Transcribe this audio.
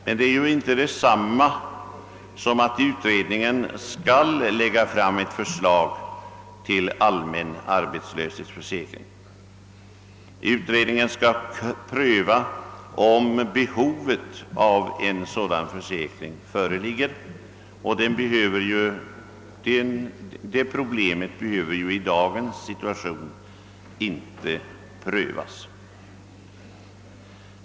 Men det är ju inte detsamma som att utredningen skall lägga fram ett förslag till allmän arbetslöshetsförsäkring. Utredningen «skall alltså pröva om behovet av en sådan försäkring föreligger. Det problemet behöver i dagens situation inte prövas.